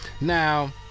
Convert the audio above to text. now